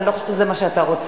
ואני לא חושבת שזה מה שאתה רוצה.